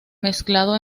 mezclado